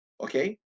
okay